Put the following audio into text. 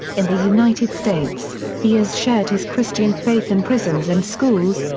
in the united states, he has shared his christian faith in prisons and schools,